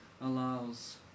allows